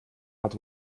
hat